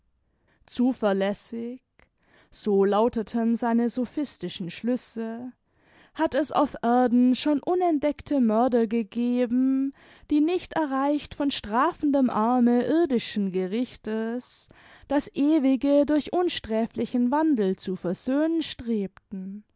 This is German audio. so lauteten seine sophistischen schlüsse hat es auf erden schon unentdeckte mörder gegeben die nicht erreicht von strafendem arme irdischen gerichtes das ewige durch unsträflichen wandel zu versöhnen strebten